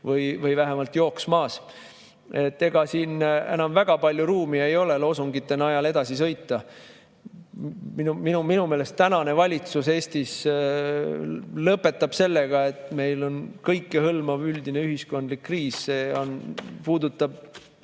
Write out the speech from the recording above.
või vähemalt jooksmas. Ega siin enam väga palju ruumi ei ole loosungite najal edasi sõita. Minu meelest tänane valitsus Eestis lõpetab sellega, et meil on kõikehõlmav üldine ühiskondlik kriis. See puudutab